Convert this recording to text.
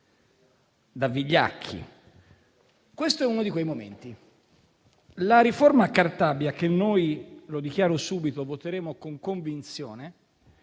da vigliacchi: questo è uno di quei momenti. La riforma Cartabia, che voteremo con convinzione